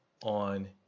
on